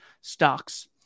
stocks